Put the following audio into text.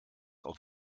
auf